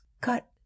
cut